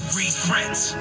regrets